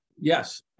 Yes